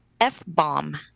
F-bomb